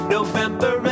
November